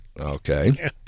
Okay